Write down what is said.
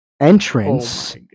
entrance